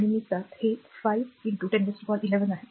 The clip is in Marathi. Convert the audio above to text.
आणि मीका हे 5 1011 आहे